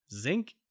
Zinc